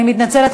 אני מתנצלת,